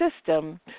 system